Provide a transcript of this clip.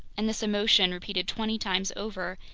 and this emotion, repeated twenty times over,